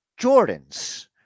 Jordans